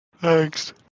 Thanks